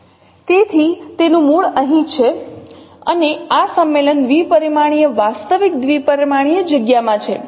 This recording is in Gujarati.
તેથી તેનું મૂળ અહીં છે અને આ સંમેલન દ્વિપરિમાણીય વાસ્તવિક દ્વિપરિમાણીય જગ્યામાં છે